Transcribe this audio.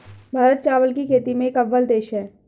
भारत चावल की खेती में एक अव्वल देश है